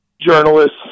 journalists